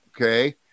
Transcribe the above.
Okay